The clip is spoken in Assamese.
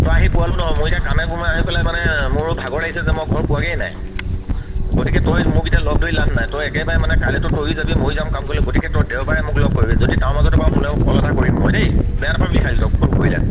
তই আহি পোৱালেও নহ'ব মোৰ এতিয়া কামে বনে আহি পেলাই মানে মোৰো ভাগৰ লাগিছে যে মই ঘৰ পোৱাগেই নাই গতিকে তই মোক এতিয়া লগ ধৰি লাভ নাই তই একেবাৰে মানে কাইলেতো তয়ো যাবি মই যাম কাম কৰিবলৈ গতিকে তই দেওবাৰে মোক লগ কৰিবি যদি তাৰ মাজতো পাৰ তোলে মোক কল এটা কৰিম মই দেই বেয়া নাপাবি খালি তোক ফোন কৰিলে